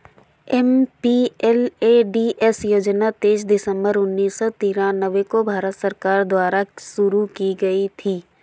MPLADS योजना तेईस दिसंबर उन्नीस सौ तिरानवे को भारत सरकार द्वारा शुरू की गयी थी